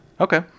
Okay